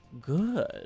good